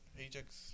Ajax